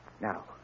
now